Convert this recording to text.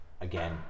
Again